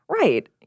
Right